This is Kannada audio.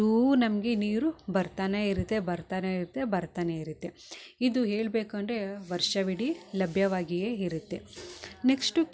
ನಮಗೆ ನೀರು ಬರ್ತಾನೇ ಇರತ್ತೆ ಬರ್ತಾನೇ ಇರತ್ತೆ ಬರ್ತಾನೇ ಇರತ್ತೆ ಇದು ಹೇಳ್ಬೆಕು ಅಂಡೆ ವರ್ಷವಿಡೀ ಲಭ್ಯವಾಗಿಯೇ ಇರತ್ತೆ ನೆಕ್ಸ್ಟು